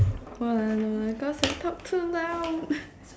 what ah no lah cause I talk too loud